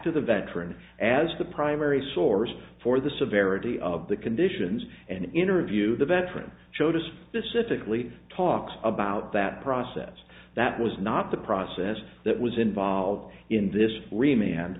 to the veteran as the primary source for the severity of the conditions and interview the veteran show to specifically talk about that process that was not the process that was involved in this